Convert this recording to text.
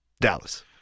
Dallas